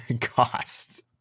cost